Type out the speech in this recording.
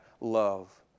love